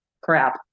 crap